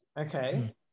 okay